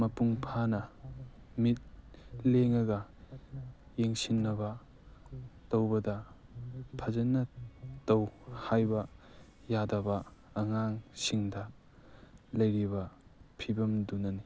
ꯃꯄꯨꯡ ꯐꯥꯅ ꯃꯤꯠ ꯂꯦꯡꯉꯒ ꯌꯦꯡꯁꯤꯟꯅꯕ ꯇꯧꯕꯗ ꯐꯖꯅ ꯇꯧ ꯍꯥꯏꯕ ꯌꯥꯗꯕ ꯑꯉꯥꯡꯁꯤꯡꯗ ꯂꯩꯔꯤꯕ ꯐꯤꯚꯝꯗꯨꯅꯅꯤ